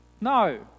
No